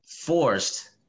forced